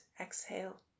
exhale